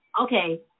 okay